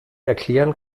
erklären